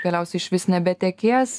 galiausiai išvis nebetekės